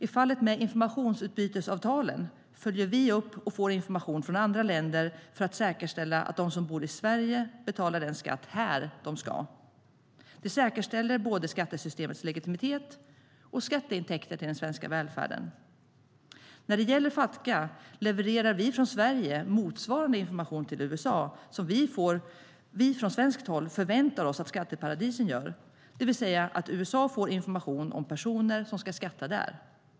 I fallet med informationsutbytesavtalen följer vi upp och får information från andra länder för att säkerställa att de som bor i Sverige betalar den skatt de ska här i landet. Det säkerställer både skattesystemets legitimitet och skatteintäkter till den svenska välfärden. När det gäller Fatca levererar vi från Sverige motsvarande information till USA som vi från svenskt håll förväntar oss att skatteparadisen gör, det vill säga att USA får information om personer som ska skatta där.